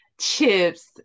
chips